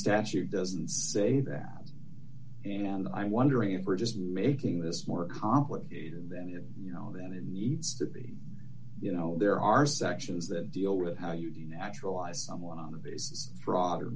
statute doesn't say that and i'm wondering if we're just making this more complicated than it you know that it needs to be you know there are sections that deal with how you do naturalized someone on the basis